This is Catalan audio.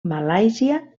malàisia